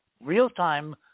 real-time